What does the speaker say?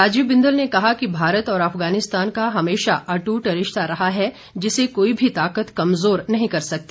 राजीव बिंदल ने कहा कि भारत और अफगानिस्तान का हमेशा अटूट रिश्ता रहा है जिसे कोई भी ताकत कमजोर नहीं कर सकती